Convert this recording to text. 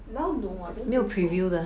now no I don't think so